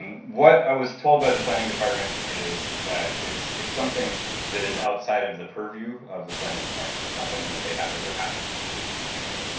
and what i was told by the planning department is that it's it's something that is outside of the purview of the planning department. it's not something that they have the capacity to handle.